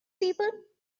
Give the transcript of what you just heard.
people